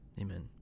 amen